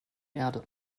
erde